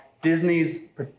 Disney's